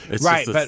Right